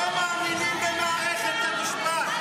ההיסטוריה תשפוט.